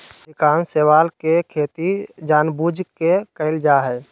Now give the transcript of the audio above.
अधिकांश शैवाल के खेती जानबूझ के कइल जा हइ